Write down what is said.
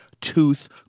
tooth